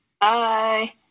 Bye